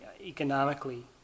economically